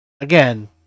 Again